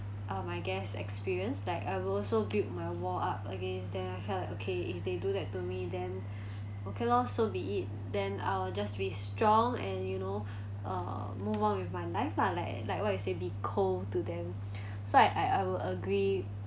uh my guess experience like I will also build my wall up against them after that like okay if they do that to me then okay lor so be it then I will just be strong and you know uh move on with my life lah like like what you say be cold to them so I I would agree